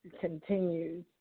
continues